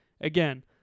Again